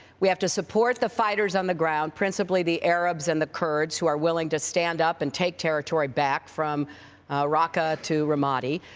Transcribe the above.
we have to support the fighters on the ground, principally the arabs and the kurds who are willing to stand up and take territory back from raqqa to ramadi.